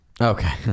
Okay